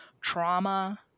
trauma